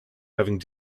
having